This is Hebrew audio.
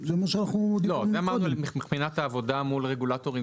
אמרנו מבחינת העבודה מול רגולטורים